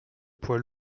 poids